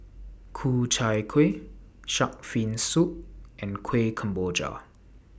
Ku Chai Kuih Shark's Fin Soup and Kueh Kemboja